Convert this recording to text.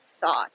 thought